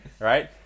right